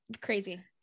crazy